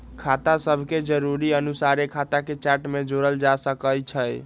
खता सभके जरुरी अनुसारे खता के चार्ट में जोड़ल जा सकइ छै